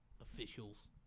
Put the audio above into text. officials